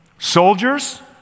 Soldiers